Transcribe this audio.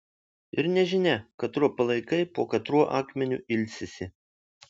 ir nežinia katro palaikai po katruo akmeniu ilsisi